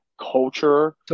culture